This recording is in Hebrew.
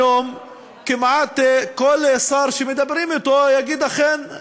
היום כמעט כל שר שמדברים אתו יגיד: אכן,